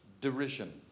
derision